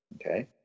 Okay